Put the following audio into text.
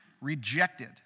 rejected